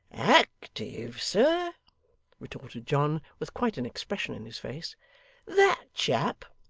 active, sir retorted john, with quite an expression in his face that chap!